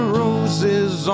roses